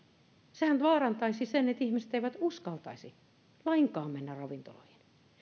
sehän vaarantaisi sen että ihmiset eivät uskaltaisi lainkaan mennä ravintoloihin